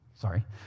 Sorry